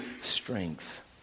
strength